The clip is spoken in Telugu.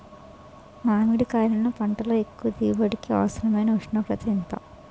మామిడికాయలును పంటలో ఎక్కువ దిగుబడికి అవసరమైన ఉష్ణోగ్రత ఎంత?